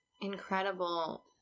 incredible